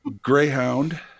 Greyhound